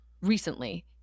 recently